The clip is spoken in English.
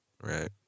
right